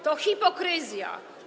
To hipokryzja.